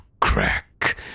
crack